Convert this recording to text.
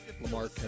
Lamar